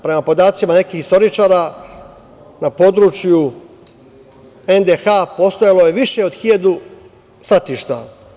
Prema podacima nekih istoričara na području NDH postojalo je više od 1.000 stratišta.